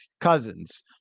Cousins